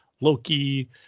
Loki